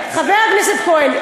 חבר הכנסת כהן,